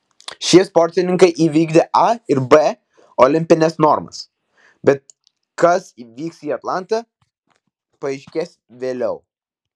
šie sportininkai įvykdė a ir b olimpines normas bet kas vyks į atlantą paaiškės vėliau